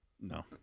No